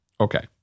Okay